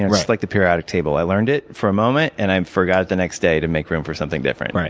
and just like the periodic table. i learned it for a moment, and i forgot it the next day to make room for something different.